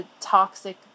toxic